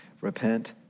repent